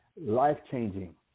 life-changing